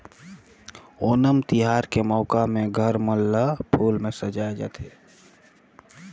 ओनम तिहार के मउका में घर मन ल फूल में सजाए जाथे